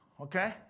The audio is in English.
Okay